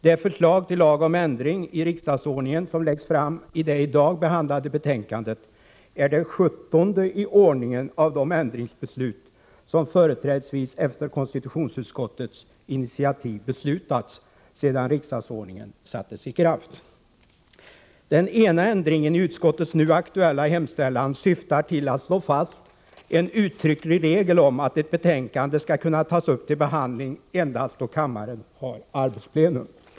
Det förslag till lag om ändring i riksdagsordningen som läggs fram i det betänkande vi behandlar i dag är det sjuttonde i ordningen av de ändringsbeslut som, företrädesvis efter konstitutionsutskottets initiativ, avgjorts sedan riksdagsordningen trädde i kraft. Den ena ändringen i utskottets nu aktuella hemställan syftar till att slå fast en uttrycklig regel om att ett betänkande skall kunna tas upp till behandling endast då kammaren har arbetsplenum.